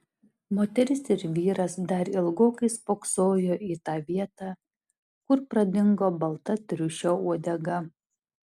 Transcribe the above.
moteris ir vyras dar ilgokai spoksojo į tą vietą kur pradingo balta triušio uodega